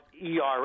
ERA